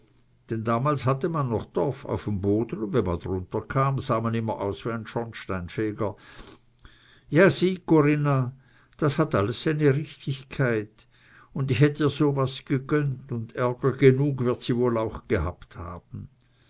denn damals hatte man noch torf auf m boden un wenn man runterkam sah man immer aus wie n schornsteinfeger ja sieh corinna das hat alles seine richtigkeit un ich hätt ihr so was gegönnt un ärger genug wird sie woll auch gehabt haben